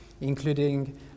including